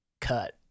cut